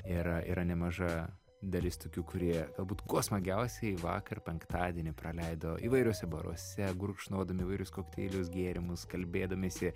ir yra nemaža dalis tokių kurie galbūt kuo smagiausiai vakar penktadienį praleido įvairiuose baruose gurkšnodami įvairius kokteilius gėrimus kalbėdamiesi